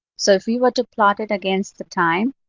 so if we were to plot it against the time,